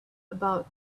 about